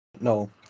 no